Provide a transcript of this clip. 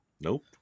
Nope